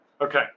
Okay